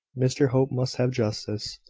mr hope must have justice,